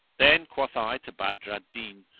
then quoth i to badr al-din,